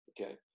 okay